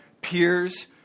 peers